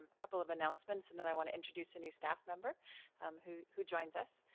couple of announcements and then i want to introduce a new staff member um who who joins us.